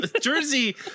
Jersey